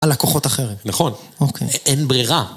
על לקוחות אחרת. נכון. אוקיי. אין ברירה.